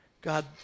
God